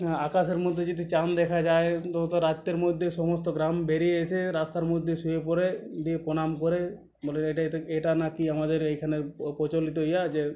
হ্যাঁ আকাশের মধ্যে যদি চাঁদ দেখা যায় অত রাত্রের মধ্যে সমস্ত গ্রাম বেরিয়ে এসে রাস্তার মধ্যে শুয়ে পড়ে দিয়ে প্রণাম করে বলে এটা নাকি আমাদের এখানের প্রচলিত ইয়ে যে